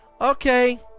Okay